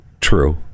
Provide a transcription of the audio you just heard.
True